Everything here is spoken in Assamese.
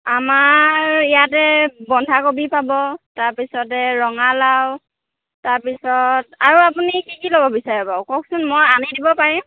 আমাৰ ইয়াতে বন্ধাকবি পাব তাৰপিছতে ৰঙালাও তাৰপিছত আৰু আপুনি কি কি ল'ব বিচাৰে বাৰু কওকচোন মই আনি দিব পাৰিম